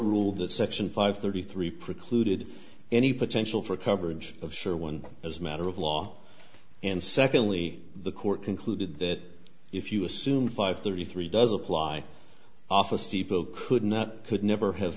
ruled that section five thirty three precluded any potential for coverage of sure one as a matter of law and secondly the court concluded that if you assume five thirty three does apply office depot could not could never have